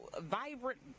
vibrant